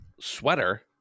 sweater